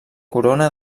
corona